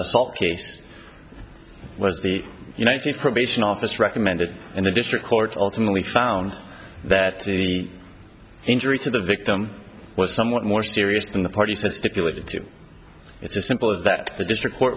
there's the united states probation office recommended and the district court ultimately found that the injury to the victim was somewhat more serious than the parties that stipulated to it's a simple as that the district court